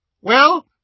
Well